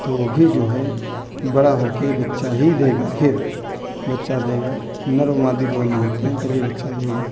तो वो भी जो है बड़ा होके बच्चा ही देगा फिर बच्चा देगा नर और मादी दोनों होते हैं तभी बच्चा देगा